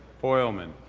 hoylman,